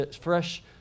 fresh